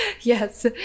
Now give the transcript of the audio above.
Yes